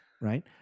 right